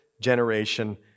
generation